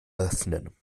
öffnen